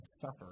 suffer